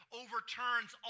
overturns